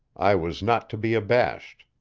i was not to be abashed.